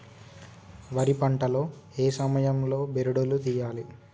వరి పంట లో ఏ సమయం లో బెరడు లు తియ్యాలి?